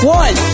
one